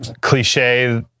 cliche